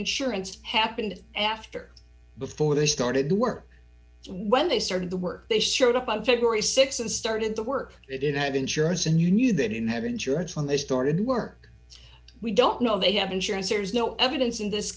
insurance happened after before they started the work when they started the work they showed up on february th and started the work they didn't have insurance and you knew that in have insurance when they started work we don't know they have insurance there's no evidence in this